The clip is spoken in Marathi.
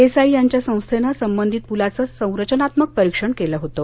देसाई यांच्या संस्थेनं संबधित पुलाचं संरचनात्मक परीक्षण केलं होतं